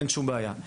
אין שום בעיה.